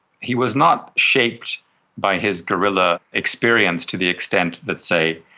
he was not shaped by his guerrilla experience to the extent that, say,